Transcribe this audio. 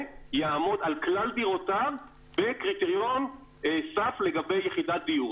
יעמוד על כלל דירותיו בקריטריון סף לגבי יחידת דיור.